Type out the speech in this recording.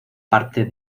parte